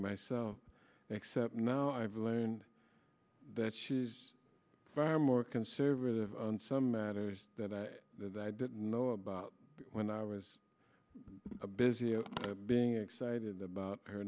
myself except now i've learned that she's far more conservative on some matters that i didn't know about when i was a busy being excited